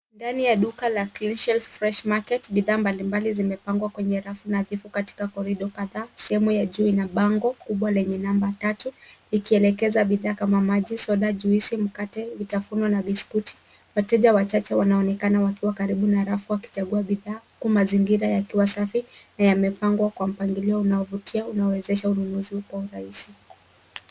Ndani ya duka la Cleanshelf Fresh Market, bidhaa mbalimbali zimepangwa kwenye rafu nadhifu katika korido kadhaa. Sehemu ya juu ina bango kubwa lenye namba tatu, ikielekeza bidhaa kama maji, soda, juisi, mikate, vitafuno na biskuti. Wateja wachache wanaonekana wakiwa karibu na rafu wakichagua bidhaa, huku mazingira yakiwa safi na yamepangwa kwa mpangilio unaovutia unaowezesha ununuzi kwa urahisi.